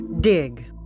Dig